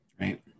Right